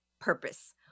purpose